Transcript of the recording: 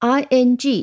ing